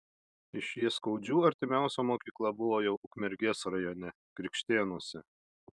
iš jaskaudžių artimiausia mokykla buvo jau ukmergės rajone krikštėnuose